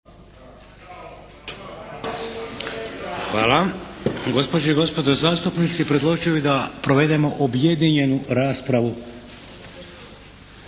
(HDZ)** Gospođe i gospodo zastupnici, predložio bih da provedemo objedinjenu raspravu